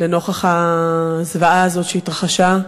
לנוכח הזוועה הזאת שהתרחשה,